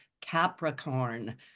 Capricorn